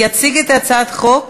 יציג את הצעת החוק